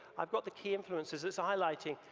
i've got the key influencers it's highlighting,